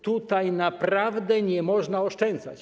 Tutaj naprawdę nie można oszczędzać.